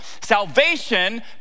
Salvation